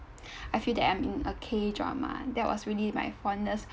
I feel that I am in a K drama that was really my fondest